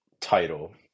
title